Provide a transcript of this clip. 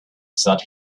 sought